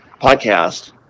podcast